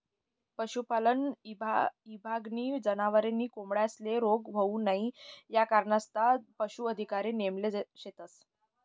पशुपालन ईभागनी जनावरे नी कोंबड्यांस्ले रोग होऊ नई यानाकरता पशू अधिकारी नेमेल शेतस